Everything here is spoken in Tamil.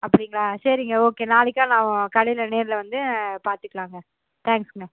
அப்படிங்களா சரிங்க ஓகே நாளைக்கு நான் கடையில் நேரில் வந்து பார்த்துக்கலாங்க தேங்ஸ்ங்க